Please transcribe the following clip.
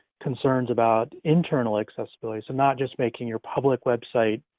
concerns about internal accessibility, so not just making your public website